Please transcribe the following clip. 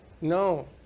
no